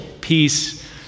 peace